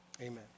amen